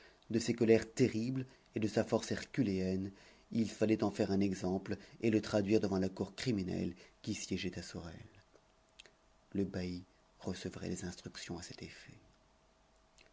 de ses colères terribles et de sa force herculéenne il fallait en faire un exemple et le traduire devant la cour criminelle qui siégeait à sorel le bailli recevrait des instructions à cet effet